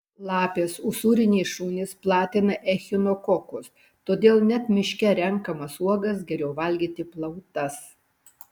lapės usūriniai šunys platina echinokokus todėl net miške renkamas uogas geriau valgyti plautas